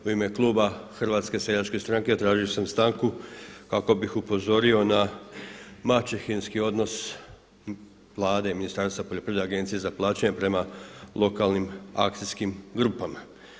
U ime kluba HSS-a tražio sam stanku kako bih upozorio na maćehinski odnos Vlade i Ministarstva poljoprivrede, Agencije za plaćanje prema lokalnim akcijskim grupama.